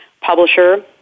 publisher